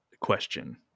question